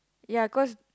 ya cause